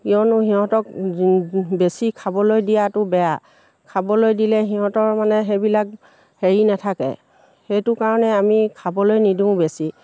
কিয়নো সিহঁতক বেছি খাবলৈ দিয়াতো বেয়া খাবলৈ দিলে সিহঁতৰ মানে সেইবিলাক হেৰি নাথাকে সেইটো কাৰণে আমি খাবলৈ নিদিওঁ বেছি